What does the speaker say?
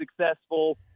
successful